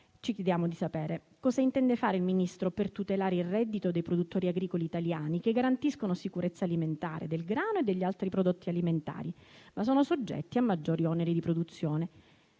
chiediamo di sapere: cosa intenda fare il Ministro per tutelare il reddito dei produttori agricoli italiani, che garantiscono sicurezza alimentare del grano e degli altri prodotti alimentari, ma sono soggetti a maggiori oneri di produzione;